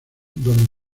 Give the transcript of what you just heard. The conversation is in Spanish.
donde